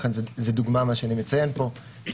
ולכן זו דוגמה מה שאני מציין פה היא